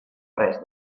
res